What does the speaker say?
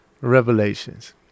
Revelations